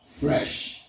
fresh